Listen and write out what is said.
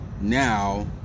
now